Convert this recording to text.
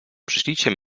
przyślijcie